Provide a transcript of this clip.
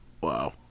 wow